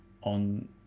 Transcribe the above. on